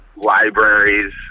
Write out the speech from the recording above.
libraries